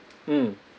mm